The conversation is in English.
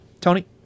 Tony